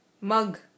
Mug